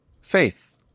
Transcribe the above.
faith